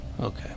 okay